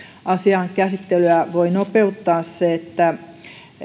asian käsittelyä voi nopeuttaa se että